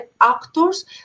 actors